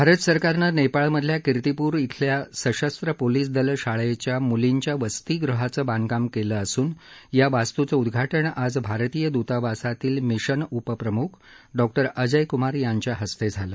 भारत सरकारनं नेपाळमधल्या किर्तीपूर इथल्या सशस्त्र पोलिस दल शाळेच्या म्लींच्या वस्तीगृहाचं बांधकाम केलं असून या वास्तूचं उद्धाटन आज भारतीय दूतावासातील मिशन उपप्रमुख डॉ अजय क्मार यांच्या हस्ते झालं